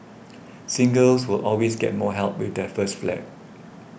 singles will always get more help with their first flat